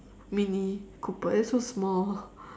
mini cooper it's so small